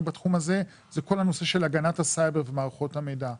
בתחום הזה זה כל הנושא של הגנת הסייבר ומערכות המידע.